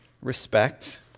respect